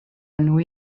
enw